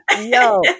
yo